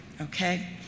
okay